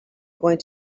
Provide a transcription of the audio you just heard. going